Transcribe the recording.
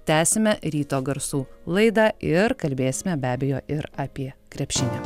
tęsime ryto garsų laidą ir kalbėsime be abejo ir apie krepšinį